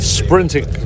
sprinting